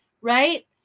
right